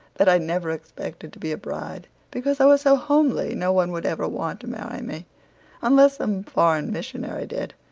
that i never expected to be a bride because i was so homely no one would ever want to marry me unless some foreign missionary did.